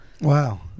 Wow